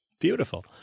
Beautiful